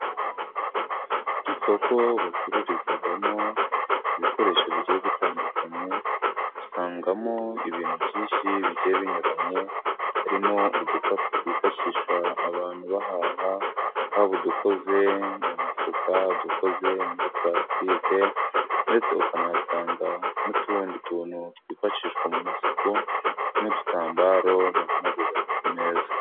Isoko bacururizamo ibikoresho bigiye bitandukanye, usangamo ibintu byinshi bigiye binyuranye, harimo udukapu twifashishwa abantu bahaha, haba udukoze mu mifuka, udukoze muri pulasitike ndetse ukanasanga n'utundi tuntu twifashishwa mu masuku n'udutambaro bahanaguza ku meza.